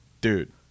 dude